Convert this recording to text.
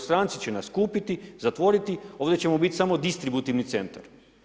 Stranci će nas kupiti, zatvoriti, a ovdje ćemo biti samo distributivni centar.